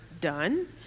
done